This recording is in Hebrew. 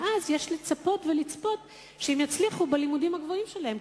ואז יש לצפות שהם יצליחו בלימודים הגבוהים שלהם,